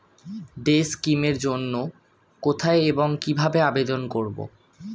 Day scheme এর জন্য কোথায় এবং কিভাবে আবেদন করব?